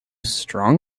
strong